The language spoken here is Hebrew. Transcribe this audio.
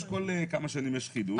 כל כמה שנים יש חידוש.